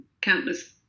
countless